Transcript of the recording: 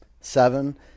seven